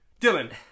Dylan